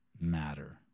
matter